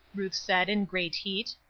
ruth said, in great heat.